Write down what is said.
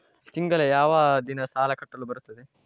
ತಿಂಗಳ ಯಾವ ದಿನ ಸಾಲ ಕಟ್ಟಲು ಬರುತ್ತದೆ?